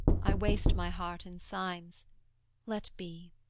i waste my heart in signs let be.